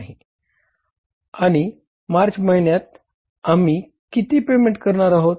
आणि मार्च महिन्यात आपण किती पेमेंट करणार आहोत